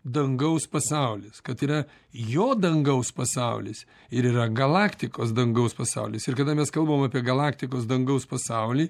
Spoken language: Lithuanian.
dangaus pasaulis kad yra jo dangaus pasaulis ir yra galaktikos dangaus pasaulis ir kada mes kalbam apie galaktikos dangaus pasaulį